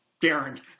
Darren